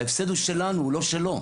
ההפסד הוא שלנו, הוא לא שלו.